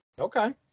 Okay